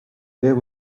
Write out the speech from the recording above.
there